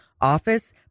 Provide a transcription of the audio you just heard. office